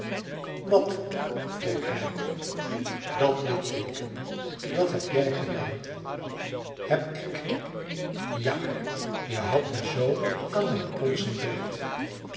wat vroeg hij dat litteeken dat heb jij gedaan heb ik ja je hadt me z aan mijn polsen beet